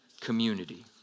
community